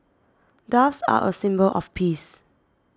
doves are a symbol of peace